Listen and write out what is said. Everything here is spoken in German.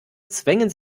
zwängen